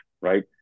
Right